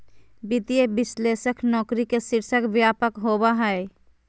वित्तीय विश्लेषक नौकरी के शीर्षक व्यापक होबा हइ